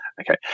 okay